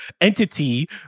entity